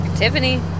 Tiffany